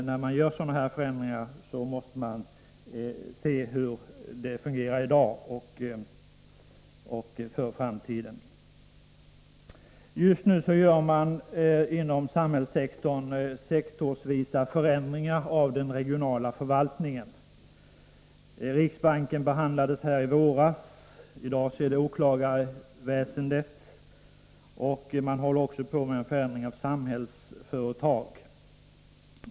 När man gör sådana här förändringar måste man se till hur det fungerar i dag och i framtiden. Inom samhällssektorn genomför man just nu sektorsvisa förändringar av den regionala förvaltningen. I våras behandlades här riksbanken, i dag är det åklagarväsendet, och man håller också på med en förändring av Samhällsföretag.